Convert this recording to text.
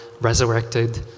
resurrected